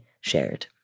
shared